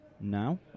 now